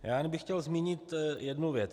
Jenom bych chtěl zmínit jednu věc.